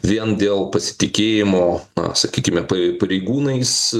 vien dėl pasitikėjimo na sakykime pai pareigūnais